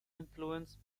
influenced